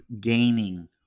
gaining